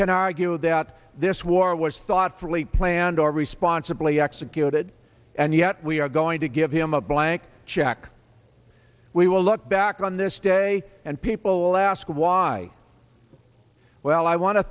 can argue that this war was thoughtfully planned or responsibly executed and yet we are going to give him a blank check we will look back on this day and people ask why well i want to